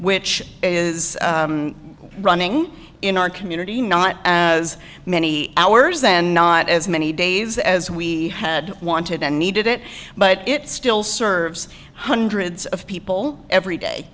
which is running in our community not as many hours then not as many days as we had wanted and needed it but it still serves hundreds of people every day